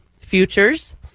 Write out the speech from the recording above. futures